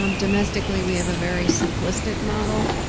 um domestically, we have a very simplistic model.